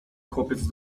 chłopiec